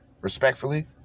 respectfully